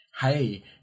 hey